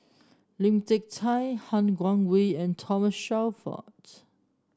Lim Hak Tai Han Guangwei and Thomas Shelford